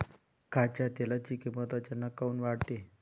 खाच्या तेलाची किमत अचानक काऊन वाढते?